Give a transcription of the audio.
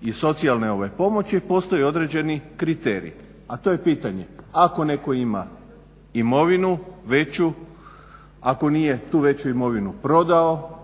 i socijalne ove pomoći postoji određeni kriterij. A to je pitanje ako netko ima imovinu veću, ako nije tu veću imovinu prodao,